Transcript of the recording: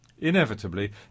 Inevitably